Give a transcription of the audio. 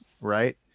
right